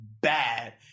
bad